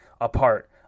apart